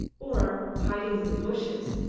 or, hiding in the bushes,